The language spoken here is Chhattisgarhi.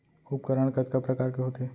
उपकरण कतका प्रकार के होथे?